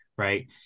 Right